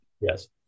yes